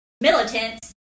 militants